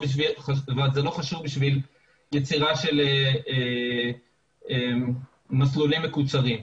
אבל זה לא חשוב בשביל יצירה של מסלולים מקוצרים.